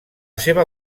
seva